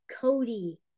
Cody